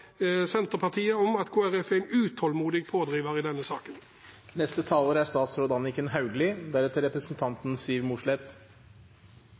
Senterpartiet om at Kristelig Folkeparti er en utålmodig pådriver i denne saken.